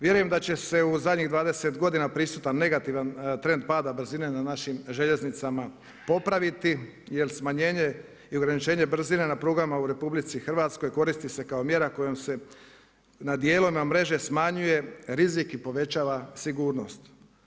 Vjerujem da će se u zadnjih 20 godina prisutan negativan trend pada brzine na našim željeznicama popraviti, jer smanjenje i ograničenje brzine na prugama u RH koristi se kao mjera kojom se na dijelovima mreža smanjuje rizik i povećava sigurnost.